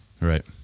Right